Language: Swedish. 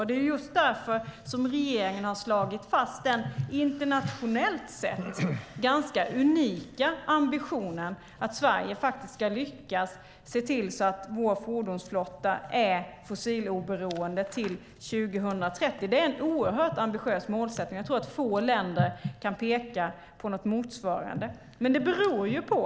Det är just därför regeringen har slagit fast den internationellt sett ganska unika ambitionen att Sverige ska lyckas se till att vår fordonsflotta är fossiloberoende till 2030. Det är en oerhört ambitiös målsättning; jag tror att få länder kan peka på något motsvarande.